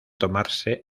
tomarse